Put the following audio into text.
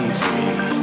free